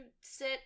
sit